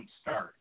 start